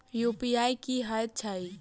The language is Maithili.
यु.पी.आई की हएत छई?